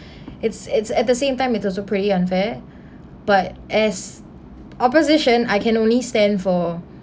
it's it's at the same time it's also pretty unfair but as opposition I can only stand for